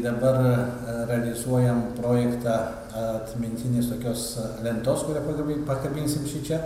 dabar realizuojant projektą atmintinės tokios lentos kurią pagarbiai pakabinsim šičia